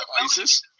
ISIS